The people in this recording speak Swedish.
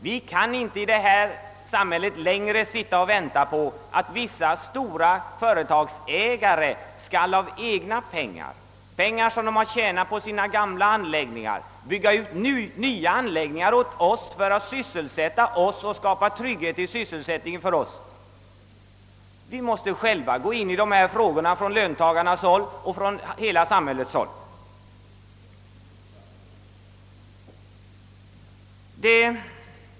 Vi kan inte längre sitta och vänta på att vissa stora företagsägare av egna pengar, pengar som de har tjänat på sina gamla anläggningar, skall bygga nya anläggningar för att sysselsätta oss och skapa trygghet för vår sysselsättning. Vi måste själva ta itu med saken. Löntagarna måste själva intressera sig för dessa frågor liksom också hela samhället.